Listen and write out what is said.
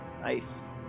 nice